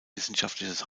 wissenschaftliches